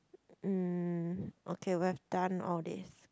mm okay we have done all these